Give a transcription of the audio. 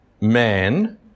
man